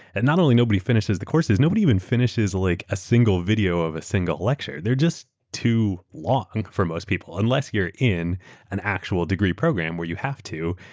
and not only nobody finishes the courses, nobody even finishes like a single video of a single lecture, they're just too long for most people unless you're in an actual degree program where you have to.